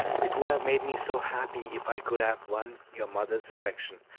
it would have made me so happy if i could have won your mother's affection!